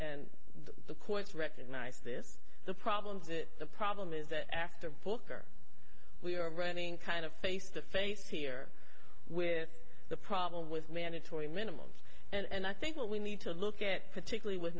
the courts recognize this the problems that the problem is that after booker we are running kind of face to face here with the problem with mandatory minimums and i think what we need to look at particularly w